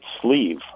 sleeve